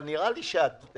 אבל נראה לי שהבקשה